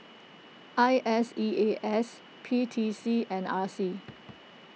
I S E A S P T C and R C